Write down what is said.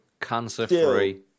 cancer-free